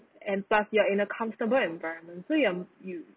and plus you're in a comfortable environment so you're you